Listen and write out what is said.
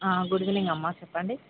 good evening అమ్మా చెప్పండి